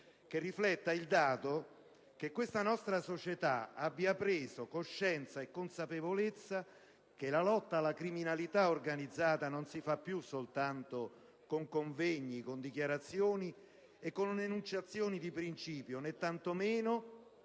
che rifletta il dato che questa nostra società abbia preso coscienza e consapevolezza che la lotta alla criminalità organizzata non si fa più soltanto con convegni, con dichiarazioni o con enunciazioni di principio, né tanto meno